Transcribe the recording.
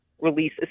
release